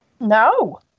No